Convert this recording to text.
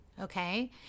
okay